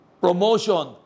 promotion